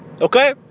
Okay